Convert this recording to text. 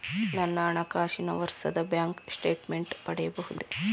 ನನ್ನ ಹಣಕಾಸಿನ ವರ್ಷದ ಬ್ಯಾಂಕ್ ಸ್ಟೇಟ್ಮೆಂಟ್ ಪಡೆಯಬಹುದೇ?